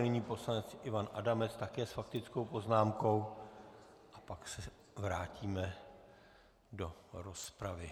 Nyní pan poslanec Ivan Adamec také s faktickou poznámkou a pak se vrátíme do rozpravy.